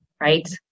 right